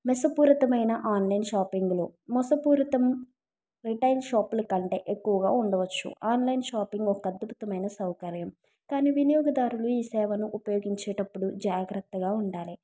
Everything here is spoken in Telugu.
మెసపూరితమైన ఆన్లైన్ షాపింగ్లు మెసపూరితం రిటైల్ షాపుల కంటే ఎక్కువగా ఉండవచ్చు ఆన్లైన్ షాపింగ్ ఒక అద్భుతమైన సౌకర్యం కానీ వినియోగదారులు ఈ సేవను ఉపయోగించేటప్పుడు జాగ్రతగా ఉండాలి